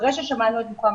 ואחרי ששמענו את מוחמד